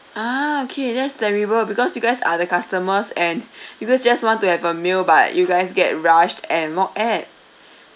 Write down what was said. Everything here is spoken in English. ah okay that's terrible because you guys are the customers and you guys just want to have a meal but you guys get rushed and mocked at